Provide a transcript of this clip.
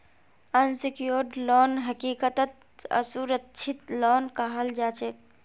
unsecured loan हकीकतत असुरक्षित loan कहाल जाछेक